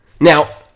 Now